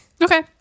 Okay